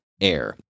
air